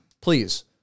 please